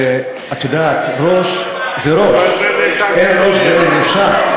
את יודעת, ראש זה ראש, אין ראש ואין ראשה,